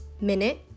Minute